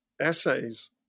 essays